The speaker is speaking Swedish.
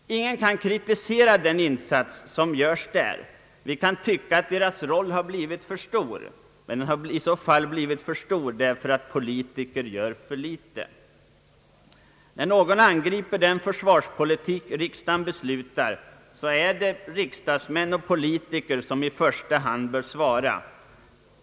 Ingen kan kritisera den insats som görs. Vi kan tycka att fackmännens roll har blivit för stor. Den har i så fall blivit det därför att politiker gör för litet. När någon angriper den försvarspolitik riksdagen beslutar, är det riksdagsmän och politiker som i första hand bör svara.